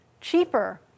cheaper